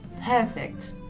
Perfect